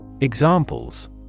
Examples